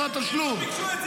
הם לא ביקשו את זה בכלל.